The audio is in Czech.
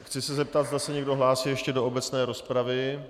Chci se zeptat, zda se někdo hlásí ještě do obecné rozpravy.